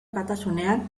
batasunean